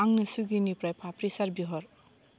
आंनो सुइगिनिफ्राय फाफ्रिसार बिहर